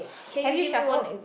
have you shuffled